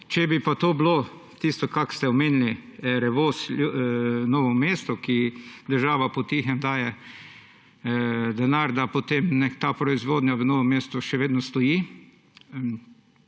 Če bi pa to bilo tisto, kakor ste omenili Revoz Novo mesto, kjer država potihem daje denar, da potem ta proizvodnja v Novem mestu še vedno stoji;